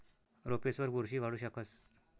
रोपेसवर बुरशी वाढू शकस